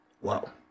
Wow